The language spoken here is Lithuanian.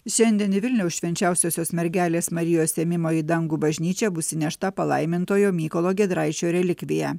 šiandien į vilniaus švenčiausiosios mergelės marijos ėmimo į dangų bažnyčią bus įnešta palaimintojo mykolo giedraičio relikvija